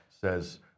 says